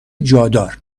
جادار